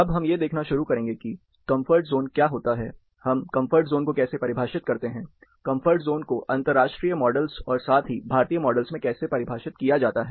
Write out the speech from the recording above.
अब हम यह देखना शुरू करेंगे कि कंफर्ट ज़ोन क्या होता है हम कम्फर्ट ज़ोन को कैसे परिभाषित करते हैं कंफर्ट ज़ोन को अंतरराष्ट्रीय मॉडल्स और साथ ही भारतीय मॉडल्स में कैसे परिभाषित किया जाता है